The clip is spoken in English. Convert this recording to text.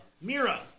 Mira